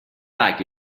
like